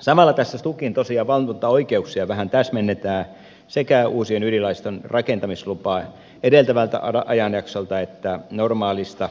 samalla tässä tosiaan stukin valvontaoikeuksia vähän täsmennetään sekä uusien ydinlaitosten rakentamislupaa edeltävällä ajanjaksolla että normaalista